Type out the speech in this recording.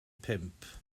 pump